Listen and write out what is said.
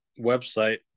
website